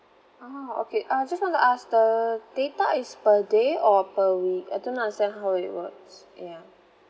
oh okay uh just want to ask the data is per day or per week I don't understand how it works ya